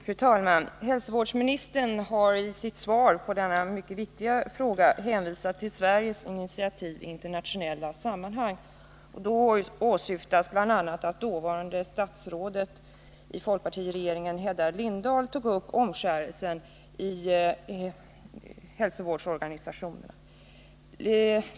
Fru talman! Hälsovårdsministern har i sitt svar på denna mycket viktiga fråga hänvisat till Sveriges initiativ i internationella sammanhang. Då åsyftas bl.a. att dåvarande statsrådet i folkpartiregeringen Hedda Lindahl tog upp omskärelse i Världshälsoorganisationen.